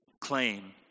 claim